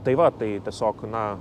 tai va tai tiesiog na